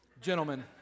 Gentlemen